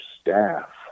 staff